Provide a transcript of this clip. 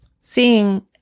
seeing